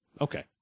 Okay